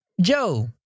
Joe